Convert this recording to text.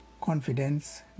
Confidence